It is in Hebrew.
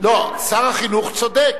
שר החינוך צודק,